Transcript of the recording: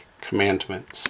commandments